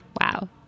Wow